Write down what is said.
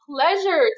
pleasure